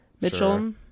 Mitchell